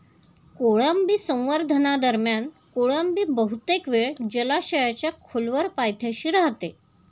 कोळंबी संवर्धनादरम्यान कोळंबी बहुतेक वेळ जलाशयाच्या खोलवर पायथ्याशी राहते